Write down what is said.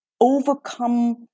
overcome